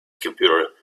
computer